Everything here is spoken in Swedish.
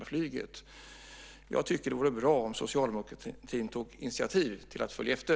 Jag tycker att det vore bra om socialdemokratin tog initiativ till att följa efter.